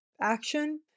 action